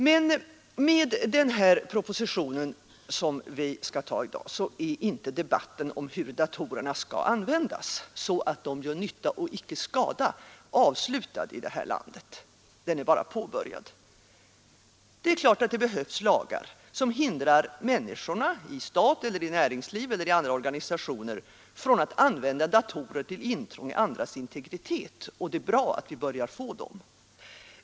Men med den här propositionen som vi skall anta i dag är inte debatten om hur datorerna skall användas — så att de gör nytta och icke skada — avslutad i vårt land, den är bara påbörjad. Det är klart att det behövs lagar som hindrar människorna, i stat, näringsliv eller andra organisationer, från att använda datorer till intrång i andras integritet. Det är bra att vi börjar få dem.